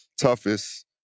toughest